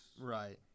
Right